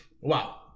Wow